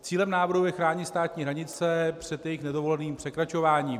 Cílem návrhu je chránit státní hranice před jejich nedovoleným překračováním.